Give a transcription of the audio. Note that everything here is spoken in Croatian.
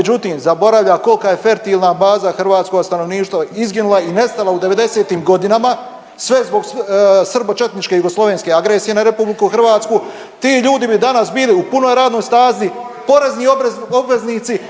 međutim zaboravlja kolika je fertilna baza hrvatskoga stanovništva izginula i nestala u devedesetim godinama sve zbog srbo-četničke jugoslovenske agresije na RH. Ti ljudi bi danas bili u punoj radnoj snaz, porezni obveznici